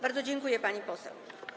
Bardzo dziękuję, pani poseł.